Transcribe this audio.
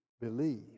believe